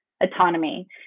autonomy